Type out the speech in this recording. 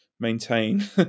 maintain